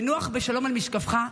ונוח בשלום על משכבך.